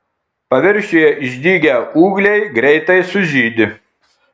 paviršiuje išdygę ūgliai greitai sužydi